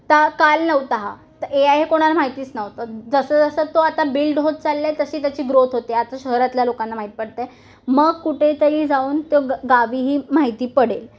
तो काल नव्हता हा तर ए आय हे कोणाला माहितीच नव्हतं जसं जसं तो आता बिल्ड होत चाललं आहे तशी त्याची ग्रोथ होते आता शहरातल्या लोकांना माहीत पडतं आहे मग कुठेतरी जाऊन तो गावीही माहिती पडेल